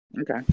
Okay